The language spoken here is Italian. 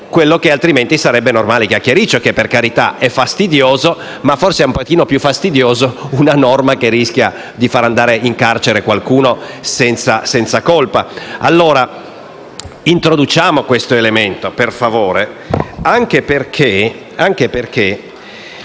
quello che, altrimenti, sarebbe normale chiacchiericcio. Il quale, per carità, è fastidioso, ma forse è un po' più fastidiosa una norma che rischia di far andare in carcere qualcuno senza colpa. Introduciamo questo elemento, per favore, anche perché